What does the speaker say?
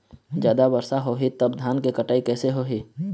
जादा वर्षा होही तब धान के कटाई कैसे होही?